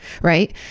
Right